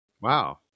Wow